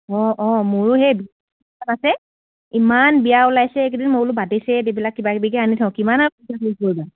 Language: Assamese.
অঁ অঁ মোৰো সেই আছে ইমান বিয়া ওলাইছে এইকেইদিন মই বোলো বটিৰ ছেট এইবিলাক কিবা কিবাকে আনি থওঁ কিমান আৰু কৰিবা